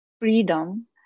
freedom